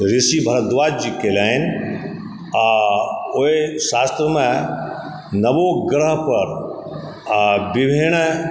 ऋषि भारद्वाज जी केलनि आ ओहि शास्त्रमे नवो ग्रह पर आ विभिन्न